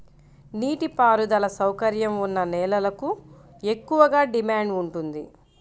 నీటి పారుదల సౌకర్యం ఉన్న నేలలకు ఎక్కువగా డిమాండ్ ఉంటుంది